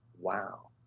wow